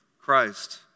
Christ